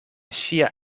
ŝia